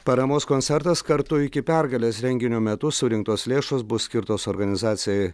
paramos koncertas kartu iki pergalės renginio metu surinktos lėšos bus skirtos organizacijai